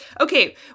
Okay